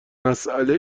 مساله